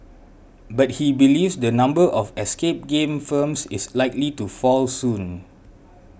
but he believes the number of escape game firms is likely to fall soon